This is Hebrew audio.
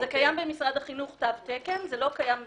קיים במשרד החינוך תו תקן, זה לא קיים באחרים.